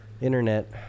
Internet